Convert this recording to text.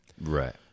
right